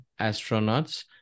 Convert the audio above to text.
astronauts